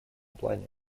плане